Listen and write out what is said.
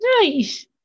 Nice